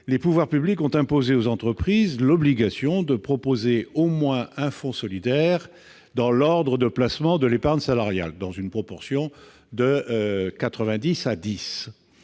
les pouvoirs publics ont imposé aux entreprises l'obligation de proposer au moins un fonds solidaire dans l'offre de placement de l'épargne salariale, selon une proportion dite « 90-10